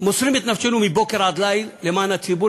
מוסרים את נפשנו מבוקר עד ליל למען הציבור,